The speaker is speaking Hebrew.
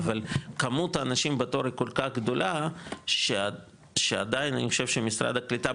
אבל כמות האנשים בתור היא כל כך גדולה שעדיין אני חושב שמשרד הקליטה,